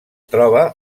troba